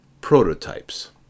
Prototypes